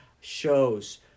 shows